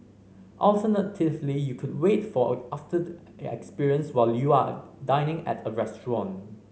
alternatively you could wait for a after the experience while you are dining at a restaurant